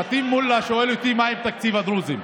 פטין מולה שואל אותי מה עם תקציב הדרוזים,